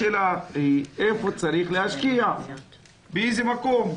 השאלה היא איפה צריך להשקיע, באיזה מקום?